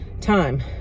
time